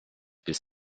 bis